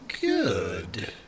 Good